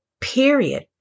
period